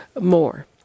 more